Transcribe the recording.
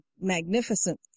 magnificent